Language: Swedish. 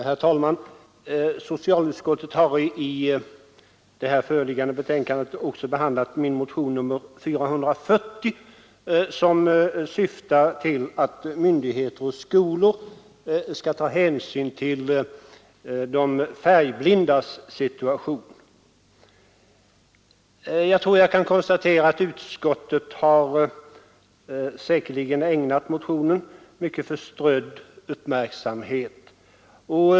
Herr talman! Socialutskottet har i här föreliggande betänkande även behandlat min motion nr 440, som syftar till att myndigheter och skolor skall ta hänsyn till de färgblindas situation. Jag tror jag kan konstatera att utskottet har ägnat motionen mycket förströdd uppmärksamhet.